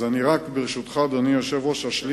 אז ברשותך, אדוני היושב-ראש, אשלים